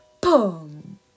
boom